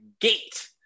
gate